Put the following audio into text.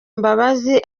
imbabazi